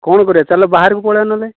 କଣ କରିବା ଚାଲ ବାହାରକୁ ପଳେଇବା ନହେଲେ